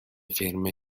ferme